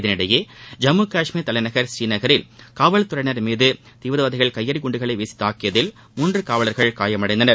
இதனிடையே ஜம்மு கஷ்மீர் தலைநகர் புநீநகரில் காவல் துறையினர் மீது தீவிரவாதிகள் கையெறி குண்டுகளை வீசி தாக்கியதில் மூன்று காவலர்கள் காயமடைந்தனர்